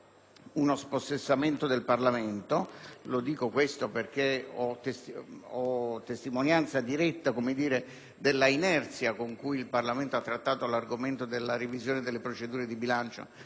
uno spossessamento del Parlamento - ho testimonianza diretta dell'inerzia con cui il Parlamento ha trattato l'argomento della revisione delle procedure di bilancio